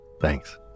Thanks